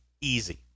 easy